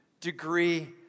degree